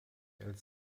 als